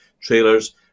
trailers